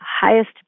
highest